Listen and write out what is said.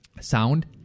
sound